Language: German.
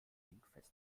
dingfest